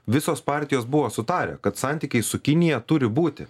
visos partijos buvo sutarę kad santykiai su kinija turi būti